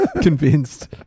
Convinced